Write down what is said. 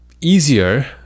easier